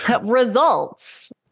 Results